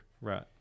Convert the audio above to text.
right